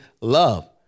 love